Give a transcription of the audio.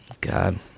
God